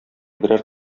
берәр